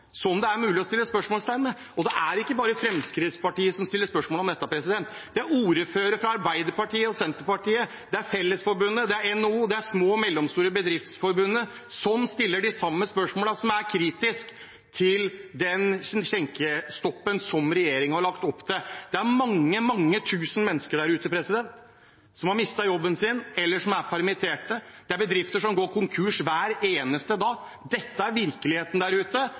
stiller spørsmål om dette. Det er ordførere fra Arbeiderpartiet og Senterpartiet, det er Fellesforbundet, det er NHO, det er bedriftsforbundet for små og mellomstore bedrifter som stiller de samme spørsmålene, som er kritisk til den skjenkestoppen som regjeringen har lagt opp til. Det er mange, mange tusen mennesker der ute som har mistet jobben sin, eller som er permittert, det er bedrifter som går konkurs hver eneste dag. Dette er virkeligheten der ute,